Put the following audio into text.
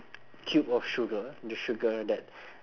cube of sugar the sugar that